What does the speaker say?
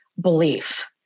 belief